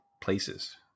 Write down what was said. places